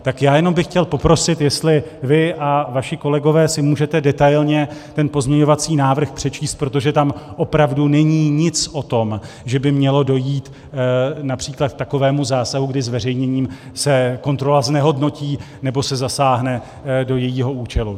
Tak jenom bych chtěl poprosit, jestli vy a vaši kolegové si můžete detailně ten pozměňovací návrh přečíst, protože tam opravdu není nic o tom, že by mělo dojít například k takovému zásahu, kdy zveřejněním se kontrola znehodnotí nebo se zasáhne do jejího účelu.